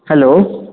hello